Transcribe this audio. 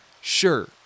Sure